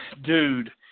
dude